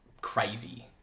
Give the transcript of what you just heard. crazy